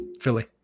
philly